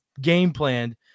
game-planned